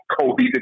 Kobe